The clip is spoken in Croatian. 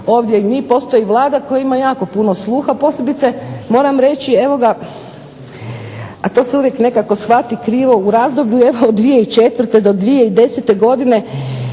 ovdje i mi, postoji i Vlada koja ima jako puno sluha, posebice moram reći, a to se uvijek nekako shvati krivo, u razdoblju 2004.-2010. godine